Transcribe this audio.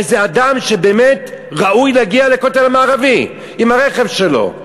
איזה אדם שבאמת ראוי להגיע לכותל המערבי עם הרכב שלו,